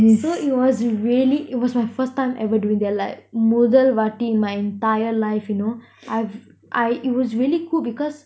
so it was really it was my first time ever doing that like முதல் வாடி:muthal vaati my entire life you know I've I it was really cool because